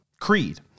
Creed